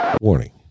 warning